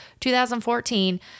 2014